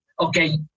okay